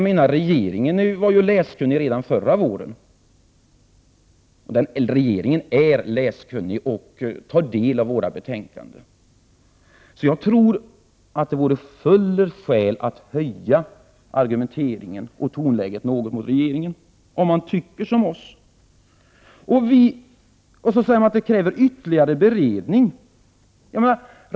Men regeringen var ju läskunnig redan förra våren och tar naturligtvis del av våra betänkanden. Jag tror att det vore fullgoda skäl att skärpa argumenteringen och höja tonläget något mot regeringen, om man nu tycker som vi. Så säger utskottet att ett ställningstagande kräver ytterligare beredning. Hur så?